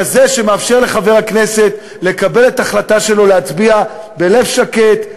כזה שמאפשר לחבר הכנסת לקבל את ההחלטה שלו ולהצביע בלב שקט,